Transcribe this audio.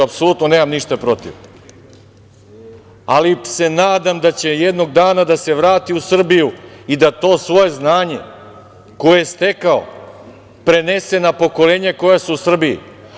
Apsolutno nemam ništa protiv, ali se nadam da će jednog dana da se vrati u Srbiju i da to svoje znanje koje je stekao prenese na pokolenja koja su u Srbiji.